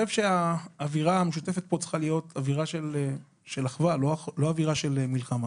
האווירה המשותפת פה צריכה להיות אווירה של אחווה ולא של מלחמה.